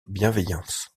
bienveillance